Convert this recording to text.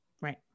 Right